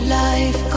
life